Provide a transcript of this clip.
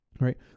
right